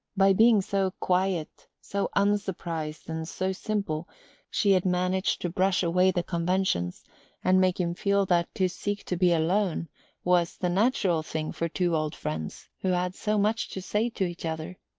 by being so quiet, so unsurprised and so simple she had managed to brush away the conventions and make him feel that to seek to be alone was the natural thing for two old friends who had so much to say to each other.